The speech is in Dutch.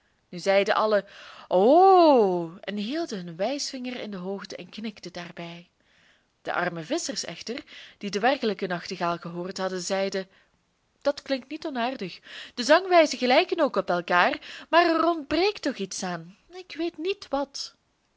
zeiden allen o en hielden hun wijsvinger in de hoogte en knikten daarbij de arme visschers echter die den werkelijken nachtegaal gehoord hadden zeiden dat klinkt niet onaardig de zangwijzen gelijken ook op elkaar maar er ontbreekt toch iets aan ik weet niet wat